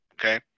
Okay